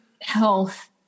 health